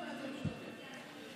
בינתיים,